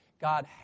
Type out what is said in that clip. God